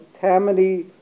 Tammany